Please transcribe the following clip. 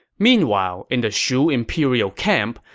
meanwhile, in the shu imperial camp,